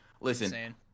Listen